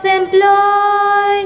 employ